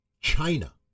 China